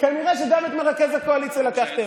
כנראה שגם את מרכז הקואליציה לקחתם.